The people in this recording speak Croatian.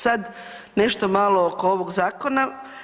Sad nešto malo oko ovog zakona.